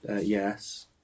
Yes